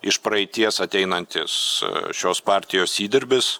iš praeities ateinantis šios partijos įdirbis